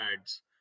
ads